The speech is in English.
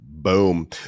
Boom